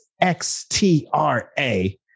X-T-R-A